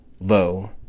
Low